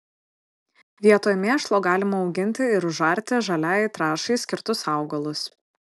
vietoj mėšlo galima auginti ir užarti žaliajai trąšai skirtus augalus